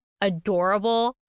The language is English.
adorable